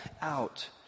out